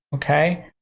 okay?